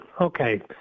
Okay